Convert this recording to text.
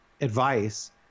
advice